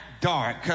dark